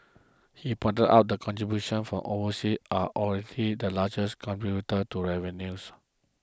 he pointed out that contributions from are already the largest contributor to revenues